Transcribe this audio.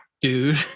Dude